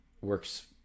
works